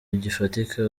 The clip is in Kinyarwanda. gifatika